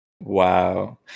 Wow